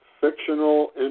fictional